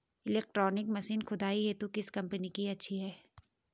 Electronic machine खुदाई हेतु किस कंपनी की अच्छी है?